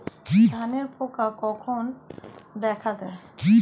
ধানের পোকা কখন দেখা দেয়?